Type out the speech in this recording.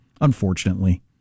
unfortunately